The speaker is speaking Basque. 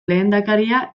lehendakaria